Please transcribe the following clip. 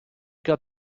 got